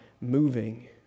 moving